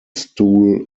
stool